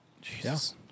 Jesus